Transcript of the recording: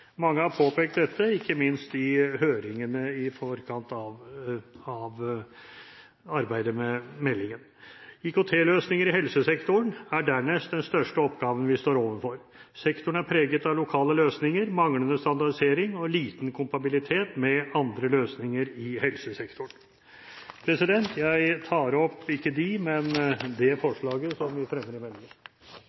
Mange har påpekt dette, ikke minst i høringene i forkant av arbeidet med meldingen. IKT-løsninger i helsesektoren er dernest den største oppgaven vi står overfor. Sektoren er preget av lokale løsninger, manglende standardisering og liten kompatibilitet med andre løsninger i helsesektoren. Jeg tar opp det forslaget som vi fremmer i